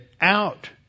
out